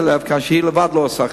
כשהיא בעצמה לא עושה חיסון.